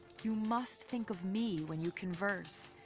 you must think of me when you converse.